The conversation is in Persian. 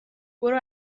برو